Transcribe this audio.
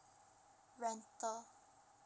rental